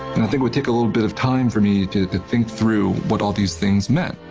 i think would take a little bit of time for me to to think through what all these things meant.